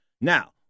Now